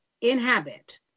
inhabit